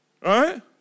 right